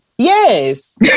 Yes